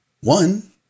one